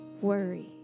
worry